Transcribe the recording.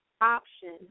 option